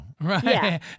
Right